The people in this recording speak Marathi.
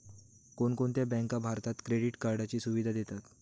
कोणकोणत्या बँका भारतात क्रेडिट कार्डची सुविधा देतात?